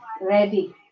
ready